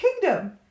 kingdom